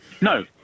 No